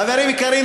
חברים יקרים,